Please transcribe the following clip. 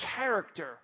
character